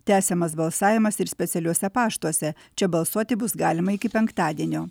tęsiamas balsavimas ir specialiuose paštuose čia balsuoti bus galima iki penktadienio